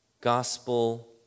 gospel